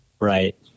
Right